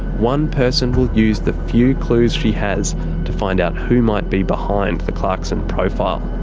one person will use the few clues she has to find out who might be behind the clarkson profile.